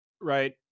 right